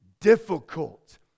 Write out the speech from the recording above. difficult